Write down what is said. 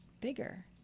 bigger